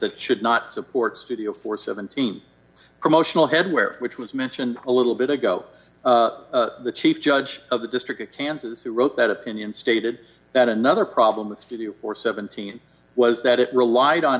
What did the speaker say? that should not support studio for seventeen promotional headwear which was mentioned a little bit ago the chief judge of the district kansas who wrote that opinion stated that another problem with the view for seventeen was that it relied on